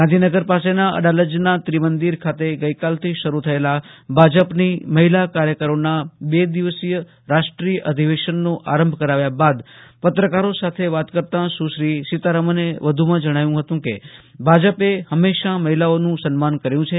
ગાંધીનગર પાસેના અડાલજના ત્રિમંદીર ખાતે ગઈકાલથી શરૂ થયેલા ભાજપની મહિલા કાર્યકરોના બે દિવસીય રાષદ્રીય અધિવેશનનો આરંભ કરાવ્યા બાદ પત્રકારો સાથે વાત કરતા સુશ્રી સીતારામને વધુમાં જણાવ્યુ હતું કે ભાજપે હંમેશા મહિલાઓનું સન્માન કર્યુ છે